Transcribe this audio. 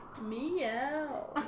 Meow